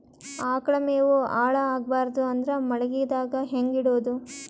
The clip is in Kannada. ಆಕಳ ಮೆವೊ ಹಾಳ ಆಗಬಾರದು ಅಂದ್ರ ಮಳಿಗೆದಾಗ ಹೆಂಗ ಇಡೊದೊ?